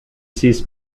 sees